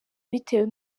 bitewe